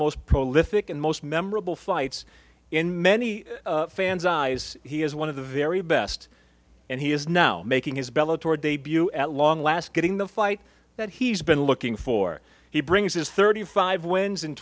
most prolific and most memorable fights in many fans eyes he is one of the very best and he is now making his bellow toward debut at long last getting the fight that he's been looking for he brings his thirty five wins